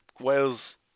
Wales